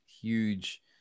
huge